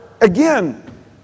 again